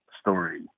story